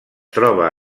troba